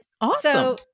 Awesome